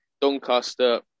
Doncaster